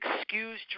excuse